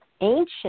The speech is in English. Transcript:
ancient